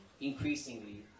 Increasingly